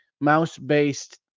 mouse-based